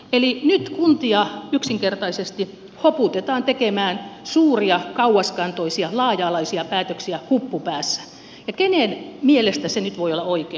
eli nyt kuntia yksinkertaisesti hoputetaan tekemään suuria kauaskantoisia laaja alaisia päätöksiä huppu päässä ja kenen mielestä se nyt voi olla oikein